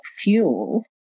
fuel